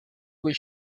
was